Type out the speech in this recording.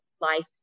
life